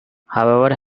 however